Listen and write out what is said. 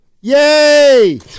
Yay